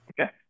Okay